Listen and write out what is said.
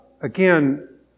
Again